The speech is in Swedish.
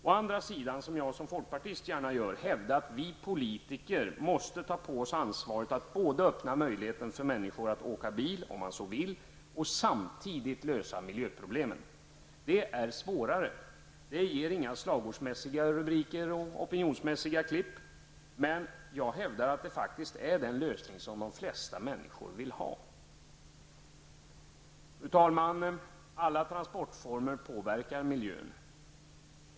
Å andra sidan kan man -- som jag som folkpartist gärna gör -- hävda att vi politiker måste ta på oss ansvaret att både öppna möjligheten för människor att åka bil om de så vill och samtidigt lösa miljöproblemen. Det är svårare. Det ger inga slagordsmässiga rubriker och snabba opinionsklipp. Men jag hävdar att det faktiskt är den lösning de flesta människor vill ha. Fru talman! Alla transportformer påverkar miljön.